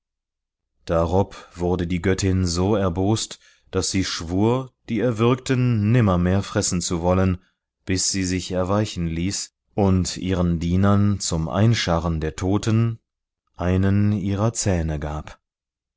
darob wurde die göttin so erbost daß sie schwur die erwürgten nimmermehr fressen zu wollen bis sie sich erweichen ließ und ihren dienern zum einscharren der toten einen ihrer zähne gab